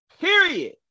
Period